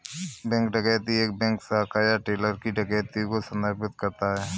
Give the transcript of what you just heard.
bank डकैती एक bank शाखा या टेलर की डकैती को संदर्भित करता है